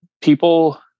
people